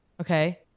Okay